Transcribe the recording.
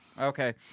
Okay